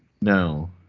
No